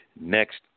next